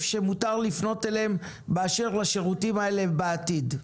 שמותר לפנות אליהם באשר לשירותים האלה בעתיד.